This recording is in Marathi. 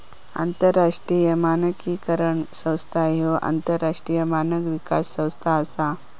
आंतरराष्ट्रीय मानकीकरण संस्था ह्या आंतरराष्ट्रीय मानक विकास संस्था असा